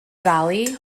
valley